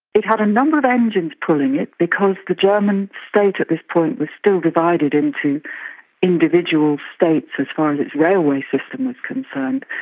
it had a number of engines pulling it, because the german state at this point was still divided into individual states as far as its railway system is concerned.